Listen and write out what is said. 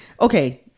Okay